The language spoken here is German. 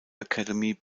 academy